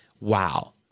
wow